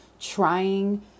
trying